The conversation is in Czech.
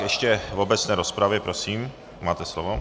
Ještě v obecné rozpravě prosím, máte slovo.